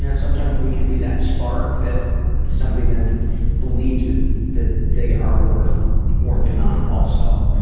yeah sometimes we can be that spark that somebody then believes that that they are worth working on also,